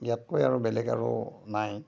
ইয়াতকৈ আৰু বেলেগ আৰু নাই